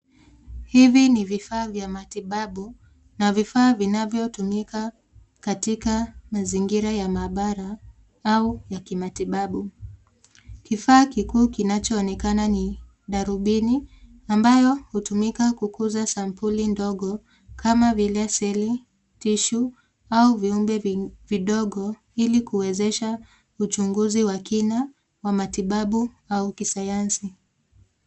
Hivi ni vifaa vya matibabu na vifaa vinavyotumika katika mazingira ya maabara au ya matibabu. Kifaa kikuu kinachoonekana ni darubini ambayo hutumika kukuza sampuli ndogo kama vile seli, tishu au viumbe vidogo ili kuwezesha uchunguzi wa kina wa matibabu au kisayansi.